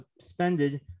suspended